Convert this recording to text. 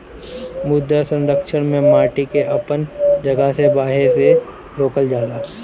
मृदा संरक्षण में माटी के अपन जगह से बहे से रोकल जाला